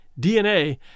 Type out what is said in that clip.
DNA